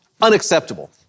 unacceptable